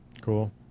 Cool